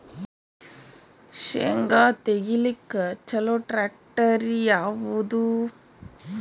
ಶೇಂಗಾ ತೆಗಿಲಿಕ್ಕ ಚಲೋ ಟ್ಯಾಕ್ಟರಿ ಯಾವಾದು?